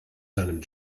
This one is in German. seinem